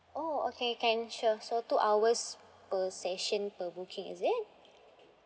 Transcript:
oh okay can sure so two hours per session per booking is it